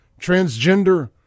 transgender